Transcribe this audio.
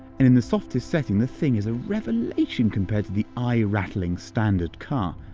and in the softer setting, the thing is a revelation compared to the eye-rattling standard car.